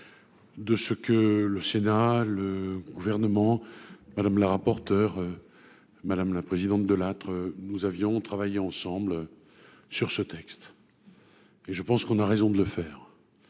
De ce que le Sénat, le gouvernement Madame la rapporteure, madame la présidente, de nous avions travaillé ensemble sur ce texte. Et je pense qu'on a raison de le faire,